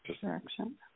Direction